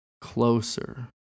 closer